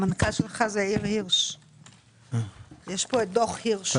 יש פה את דוח הירש,